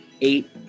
eight